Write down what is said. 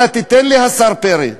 אתה תיתן לי, השר פרי?